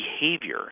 behavior